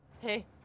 hey